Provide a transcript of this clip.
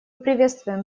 приветствуем